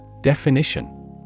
Definition